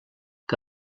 que